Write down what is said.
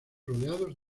rodeados